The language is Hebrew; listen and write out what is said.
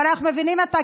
אבל אנחנו מבינים אותה,